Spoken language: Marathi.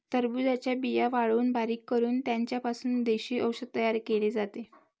टरबूजाच्या बिया वाळवून बारीक करून त्यांचा पासून देशी औषध तयार केले जाते